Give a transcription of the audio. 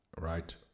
right